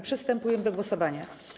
Przystępujemy do głosowania.